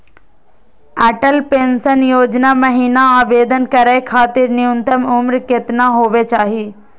Atal pension योजना महिना आवेदन करै खातिर न्युनतम उम्र केतना होवे चाही?